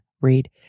read